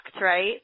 right